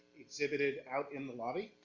exhibited out in the lobby.